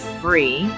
free